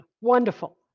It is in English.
Wonderful